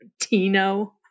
Tino